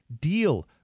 deal